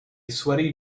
sweaty